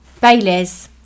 Baileys